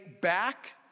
back